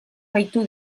gehitu